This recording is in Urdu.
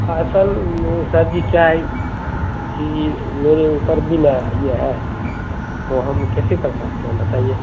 اصل سر جی کیا ہے کہ میرے اوپر بھی نا یہ ہے تو ہم کیسے کر سکتے ہیں بتائیے